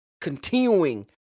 continuing